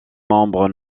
membres